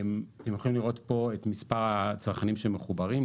אתם יכולים לראות פה את מספר הצרכנים שמחוברים.